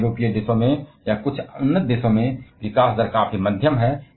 जहां यूरोपीय देशों में या कुछ उन्नत देशों में विकास दर काफी मध्यम है